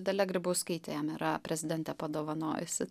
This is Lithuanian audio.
dalia grybauskaitė jam yra prezidentė padovanojusi